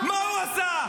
מה הוא עשה?